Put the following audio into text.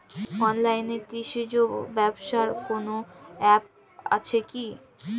অনলাইনে কৃষিজ ব্যবসার কোন আ্যপ আছে কি?